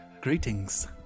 Greetings